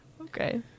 Okay